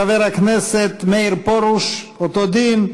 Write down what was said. חבר הכנסת מאיר פרוש, אותו דין.